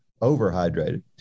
overhydrated